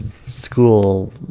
school